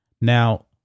Now